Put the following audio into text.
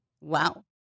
Wow